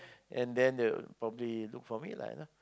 and then they would probably look for me lah you know